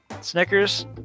Snickers